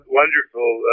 wonderful